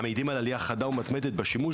המעידים על עלייה חדה ומתמדת בשימוש